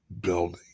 Building